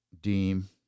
deem